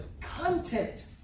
content